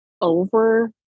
over